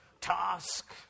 task